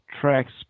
tracks